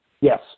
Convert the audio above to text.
yes